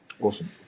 Awesome